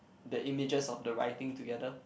the images of the writing together